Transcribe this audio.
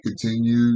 continue